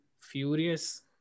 furious